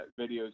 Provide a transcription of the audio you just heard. videos